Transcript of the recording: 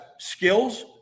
Skills